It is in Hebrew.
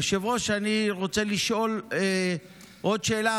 היושב-ראש, אני רוצה לשאול עוד שאלה.